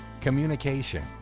communication